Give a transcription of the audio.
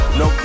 no